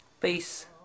Peace